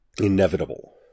inevitable